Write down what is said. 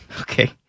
Okay